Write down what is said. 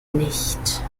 nicht